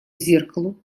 зеркалу